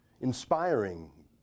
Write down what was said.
inspiring